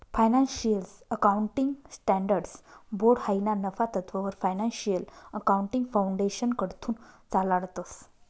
financial accounting standards board हायी ना नफा तत्ववर फायनान्शियल अकाउंटिंग फाउंडेशनकडथून चालाडतंस